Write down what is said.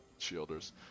shielders